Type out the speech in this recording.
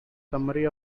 summary